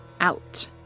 out